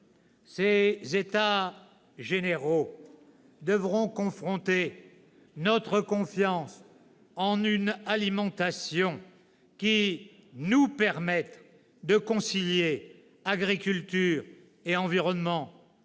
Ces États généraux devront conforter notre confiance en une alimentation qui réconcilie l'agriculture et l'environnement,